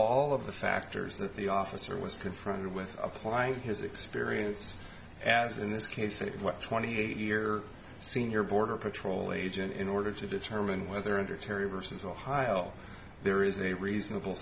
all of the factors that the officer was confronted with applying his experience as in this case that what twenty eight year senior border patrol agent in order to determine whether under terry versus ohio there is a reasonable